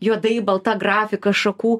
juodai balta grafika šakų